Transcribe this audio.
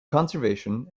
conservation